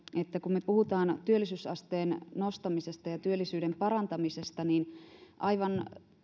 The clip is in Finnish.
että kun me puhumme työllisyysasteen nostamisesta ja työllisyyden parantamisesta niin aivan